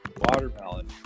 watermelon